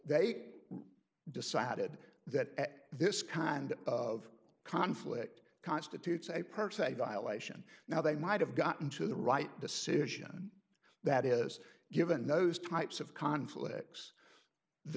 eight decided that this kind of conflict constitutes a per se violation now they might have gotten to the right decision that is given those types of conflicts the